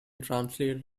translated